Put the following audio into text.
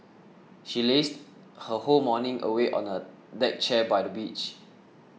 she lazed her whole morning away on a deck chair by the beach